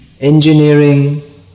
Engineering